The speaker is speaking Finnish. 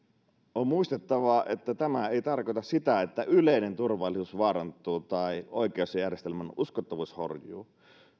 on muistettava että tämä ei tarkoita sitä että yleinen turvallisuus vaarantuu tai oikeusjärjestelmän uskottavuus horjuu